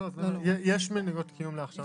יש מלגות קיום להכשרה מקצועית.